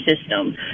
system